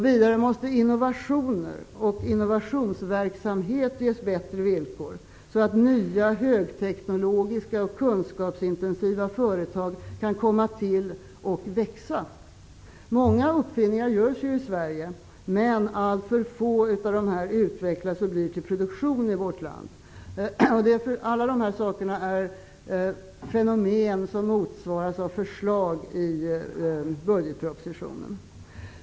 Vidare måste innovationer och innovationsverksamhet ges bättre villkor, så att nya, högteknologiska och kunskapsintensiva företag kan komma till och växa. Många uppfinningar görs ju i Sverige, men alltför få av dessa utvecklas och blir till produktion i vårt land. Alla de här sakerna är fenomen som motsvaras av förslag i budgetpropositionen.